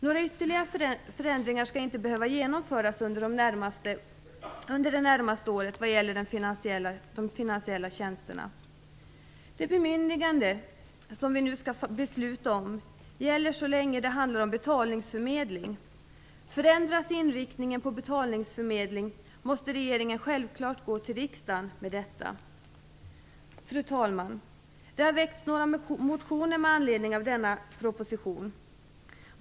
Några ytterligare förändringar skall inte behöva genomföras under det närmaste året vad gäller de finansiella tjänsterna. Det bemyndigande som vi nu skall fatta beslut om gäller så länge som det handlar om betalningsförmedling. Förändras inriktningen på betalningsförmedlingen måste regeringen självfallet gå till riksdagen med detta. Fru talman! Det har väckts några motioner med anledning av denna proposition.